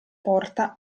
porta